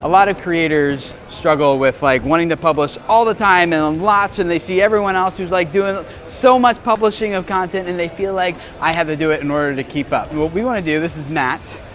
a lot of creators struggle with, like, wanting to publish all the time and a and lot and they see everyone else who's, like, doing so much publishing of content and they feel like, i have to do it in order to keep up. well what we wanna do, this is matt.